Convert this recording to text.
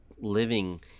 living